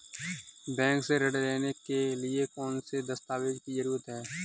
Bank से ऋण लेने के लिए कौन से दस्तावेज की जरूरत है?